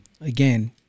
again